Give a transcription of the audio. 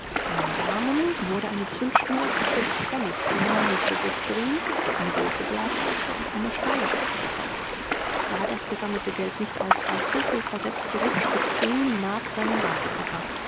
in barmen wurde eine zündschnur für pf ferner nitroglyzerin eine große glasflasche und eine steinkruke gekauft da das gesammelte geld nicht ausreichte so versetzte rupsch für m seinen reisekoffer